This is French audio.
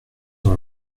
dans